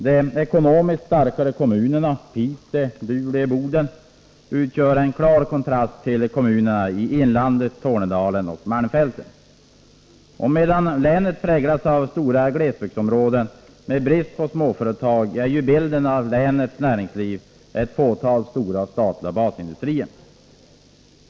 De ekonomiskt starkare kommunerna, Piteå, Luleå och Boden, utgör en klar kontrast till kommunerna i inlandet, Tornedalen och malmfälten. Och medan länet präglas av stora glesbygdsområden med brist på småföretag visar bilden av länets näringsliv ett fåtal stora statliga basindustrier.